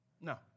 No